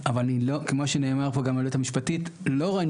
רופא אחד כן מוכן למודל ורופא אחד לא מוכן למודל.